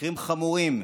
מקרים חמורים